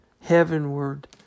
heavenward